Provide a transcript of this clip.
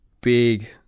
big